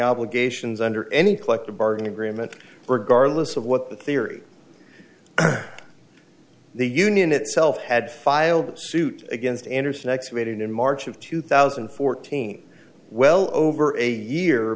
obligations under any collective bargain agreement regardless of what the theory the union itself had filed the suit against andersen excavated in march of two thousand and fourteen well over a year